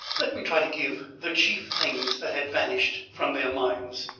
let me try to give the chief things that had vanished from their minds.